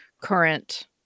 current